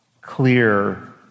clear